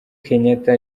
kenyatta